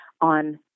on